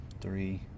Three